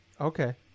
Okay